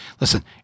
Listen